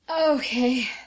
Okay